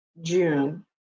June